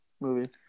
movie